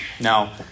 Now